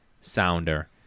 sounder